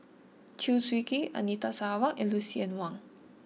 Chew Swee Kee Anita Sarawak and Lucien Wang